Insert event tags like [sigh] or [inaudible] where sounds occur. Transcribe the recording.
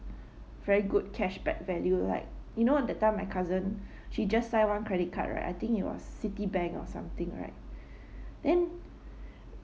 very good cashback value like you know at that time my cousin she just sign one credit card right I think it was citibank or something right [breath] then [breath]